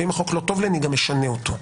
ואם החוק לא טוב, אני גם אשנה אותו.